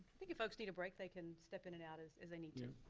think if folks need a break they can step in and out as as they need to.